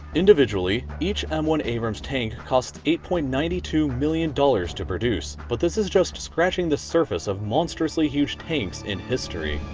individually, each m one abrams tank costs eight point nine two million dollars to produce. but, this is just scratching the surface of monstrously huge tanks in history.